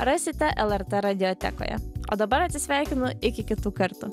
rasite lrt radiotekoje o dabar atsisveikinu iki kitų kartų